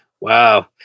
Wow